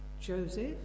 Joseph